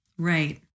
Right